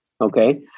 Okay